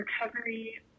recovery